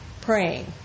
praying